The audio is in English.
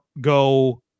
go